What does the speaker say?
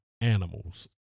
animals